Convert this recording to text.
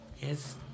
Yes